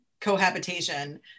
cohabitation